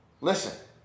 Listen